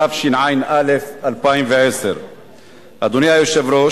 התשע"א 2011. אדוני היושב-ראש,